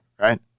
right